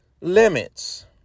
limits